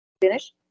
finish